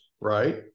right